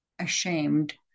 Ashamed